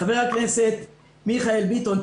חבר הכנסת מיכאל ביטון,